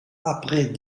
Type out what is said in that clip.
après